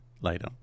later